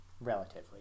relatively